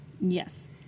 Yes